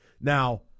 Now